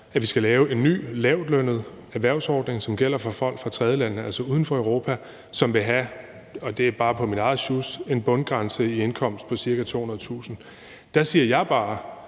at vi skal lave en ny lavtlønnet erhvervsordning, som gælder for folk fra tredjelande, altså lande uden for Europa, som vil have – og det er bare mit eget sjus – en bundgrænse i indkomst på ca. 200.000 kr. Der siger jeg bare